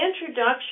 introduction